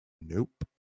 Nope